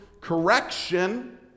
correction